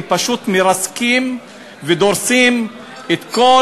הם פשוט מרסקים ודורסים את כל